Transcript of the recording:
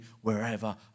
wherever